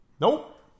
nope